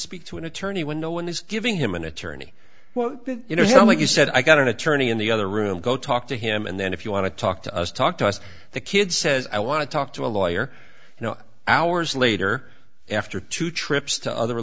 speak to an attorney when no one is giving him an attorney well you know what you said i got an attorney in the other room go talk to him and then if you want to talk to us talk to us the kid says i want to talk to a lawyer you know hours later after two trips to other